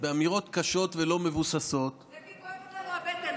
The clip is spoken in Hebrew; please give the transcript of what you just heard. באמירות קשות ולא מבוססות, זה כי כואבת לנו הבטן.